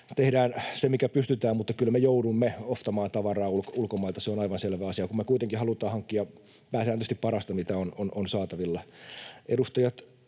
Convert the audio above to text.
tehdään se, mikä pystytään, mutta kyllä me joudumme ostamaan tavaraa ulkomailta. Se on aivan selvä asia, kun me kuitenkin halutaan hankkia pääsääntöisesti parasta, mitä on saatavilla. Edustajat